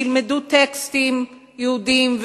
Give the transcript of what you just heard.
שילמדו טקסטים יהודיים,